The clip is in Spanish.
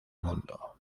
mundo